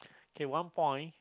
okay one point